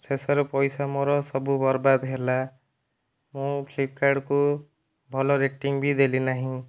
ଶେଷରେ ପଇସା ମୋର ସବୁ ବର୍ବାଦ ହେଲା ମୁଁ ଫ୍ଲିପକାର୍ଟକୁ ଭଲ ରେଟିଙ୍ଗ ବି ଦେଲି ନାହିଁ